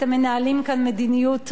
אתם מנהלים כאן מדיניות רעה,